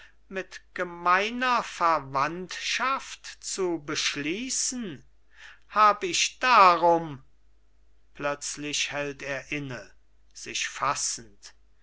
mit gemeiner verwandtschaft zu beschließen hab ich darum plötzlich hält er inne sich fassend